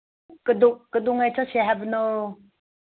ꯀꯗꯧꯉꯩ ꯆꯠꯁꯦ ꯍꯥꯏꯕꯅꯣ